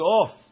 off